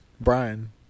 Brian